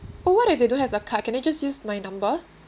oh what if they don't have the card can they just use my number